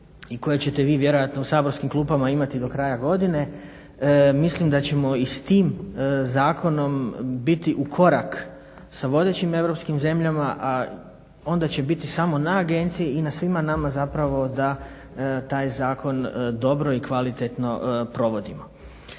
i koje ćete vi vjerojatno u saborskim klupama imati do kraja godine. Mislim da ćemo i s tim zakonom biti u korak sa vodećim Europskim zemljama, a onda će biti samo na agenciji i na svima nama zapravo da taj zakon dobro i kvalitetno provodimo.